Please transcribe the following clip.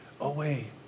away